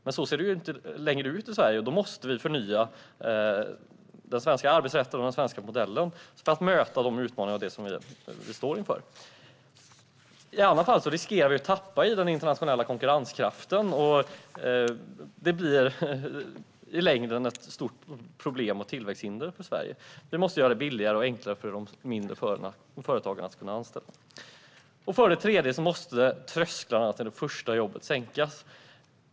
Men så ser det inte längre ut i Sverige, och därför måste vi förnya den svenska arbetsrätten och den svenska modellen för att möta de utmaningar vi står inför. I annat fall riskerar vi att tappa i den internationella konkurrenskraften, vilket i längden blir ett stort problem och tillväxthinder för Sverige. Vi måste göra det billigare och enklare för de mindre företagen att anställa. För det tredje måste trösklarna till det första jobbet sänkas.